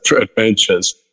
adventures